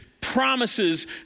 promises